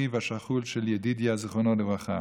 אחיו השכול של ידידה זיכרונו לברכה.